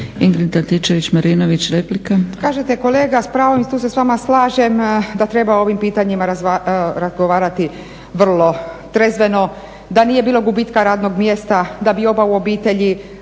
**Antičević Marinović, Ingrid (SDP)** Kažete kolega s pravom, tu se s vama slažem da treba o ovim pitanjima razgovori vrlo trezveno da nije bilo gubitka radnog mjesta, da bi oba u obitelji